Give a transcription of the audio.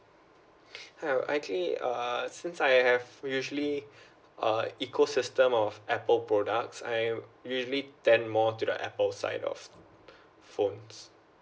I've actually uh since I have usually uh ecosystem of Apple products I'm usually tend more to the Apple side of phones